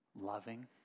Loving